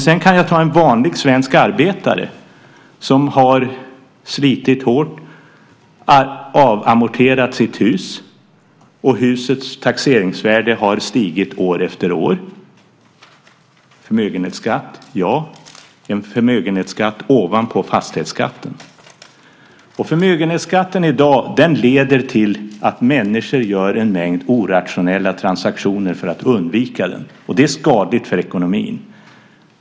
Jag kan ta en vanlig svensk arbetare som exempel. Han har slitit hårt. Han har avamorterat sitt hus och husets taxeringsvärde har stigit år efter år. Han får betala en förmögenhetsskatt ovanpå fastighetsskatten. Förmögenhetsskatten leder till att människor gör en mängd orationella transaktioner för att undvika den. Det är skadligt för ekonomin.